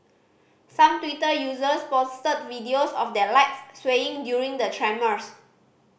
some Twitter users posted videos of their lights swaying during the tremors